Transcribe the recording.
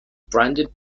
branded